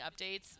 updates